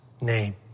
name